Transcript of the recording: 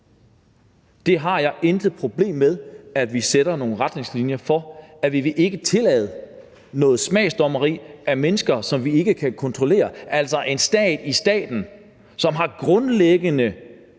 Det har jeg intet problem med at vi sætter nogle retningslinjer for; at vi ikke vil tillade noget smagsdommeri af mennesker, som vi ikke kan kontrollere, altså en stat i staten, som har grundlæggende,